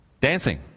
Dancing